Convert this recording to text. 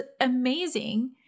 amazing